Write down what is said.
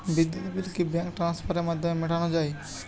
বিদ্যুৎ বিল কি ব্যাঙ্ক ট্রান্সফারের মাধ্যমে মেটানো য়ায়?